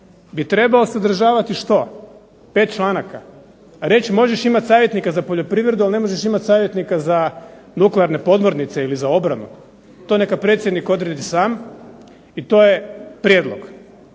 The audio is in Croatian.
bi trebao sadržavati što? 5 članaka. Reći možeš imati savjetnika za poljoprivredu, ali ne možeš imati savjetnika za nuklearne podmornice ili za obranu. To neka predsjednik odredi sam i to je prijedlog.